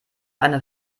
eine